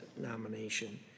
nomination